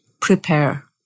prepare